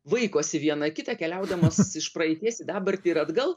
vaikosi viena kitą keliaudamos iš praeities į dabartį ir atgal